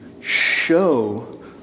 show